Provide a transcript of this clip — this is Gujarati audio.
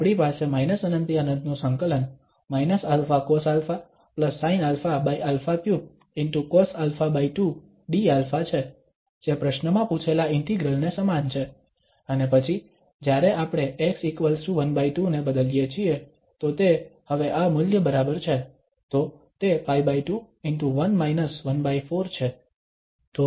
આપણી પાસે ∞∫∞ −αcosαsinαα3 ✕ cosα2 dα છે જે પ્રશ્નમાં પૂછેલા ઇન્ટિગ્રલ ને સમાન છે અને પછી જ્યારે આપણે x12 ને બદલીએ છીએ તો તે હવે આ મૂલ્ય બરાબર છે તો તે π2 ✕ 1 14 છે